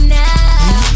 now